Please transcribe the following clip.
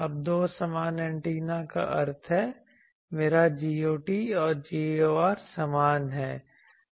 अब दो समान एंटीना का अर्थ है मेरा Got और Gor समान हैं